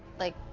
like,